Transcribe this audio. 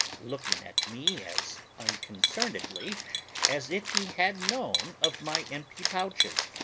looking at me as unconcernedly as if he had known of my empty pouches.